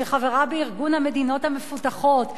שחברה בארגון המדינות המפותחות,